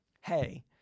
hey